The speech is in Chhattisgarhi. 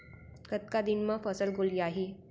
कतका दिन म फसल गोलियाही?